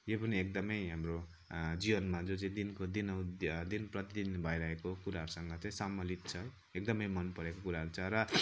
यो पनि एकदमै हाम्रो जीवनमा जो चाहिँ दिनको दिनौ दिन प्रतिदिन भइरहेको कुराहरूसँग चाहिँ सम्मलित छ एकदमै मन परेको कुराहरू छ र